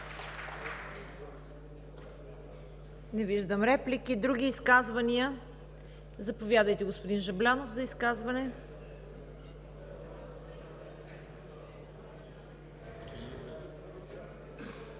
Не виждам. Други изказвания? Заповядайте, господин Жаблянов, за изказване.